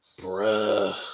bruh